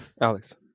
Alex